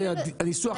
זה הניסוח המדויק.